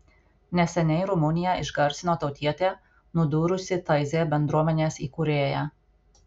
neseniai rumuniją išgarsino tautietė nudūrusi taizė bendruomenės įkūrėją